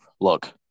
look